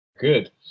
Good